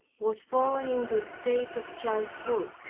was fallen into a state of childhood.